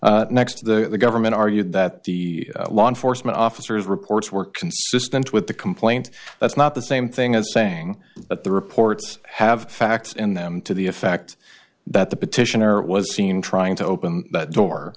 question next to the government argued that the law enforcement officers reports were consistent with the complaint that's not the same thing as saying that the reports have facts in them to the effect that the petitioner was seen trying to open the door